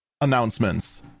Announcements